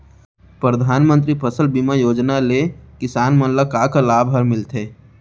परधानमंतरी फसल बीमा योजना ले किसान मन ला का का लाभ ह मिलथे?